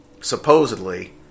supposedly